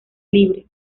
libre